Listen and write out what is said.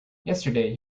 yesterday